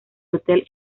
hotel